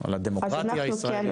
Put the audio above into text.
על הדמוקרטיה הישראלית?